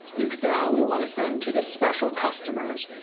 you could say, i only wanna send to the special customers,